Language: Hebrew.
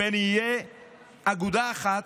ונהיה אגודה אחת